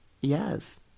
Yes